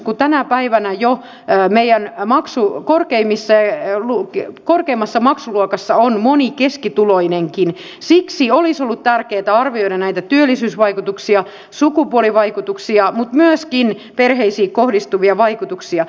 kun tänä päivänä jo home ja maksu ei missee meidän korkeimmassa maksuluokassa on moni keskituloinenkin siksi olisi ollut tärkeätä arvioida näitä työllisyysvaikutuksia sukupuolivaikutuksia mutta myöskin perheisiin kohdistuvia vaikutuksia